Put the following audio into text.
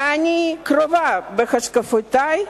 ואני קרובה בהשקפותי,